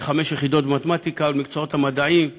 לגשת לחמש יחידות במתמטיקה ובמקצועות המדעיים ובטכנולוגיה,